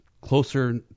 closer